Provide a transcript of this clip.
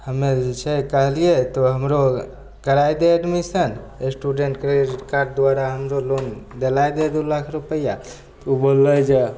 हमे जे छै कहलियै तऽ हमरो कराए दे एडमिशन स्टूडेंट क्रेडिट कार्ड द्वारा हमरो लोन देलाय दे दु लाख रुपैआ उ बोललय जे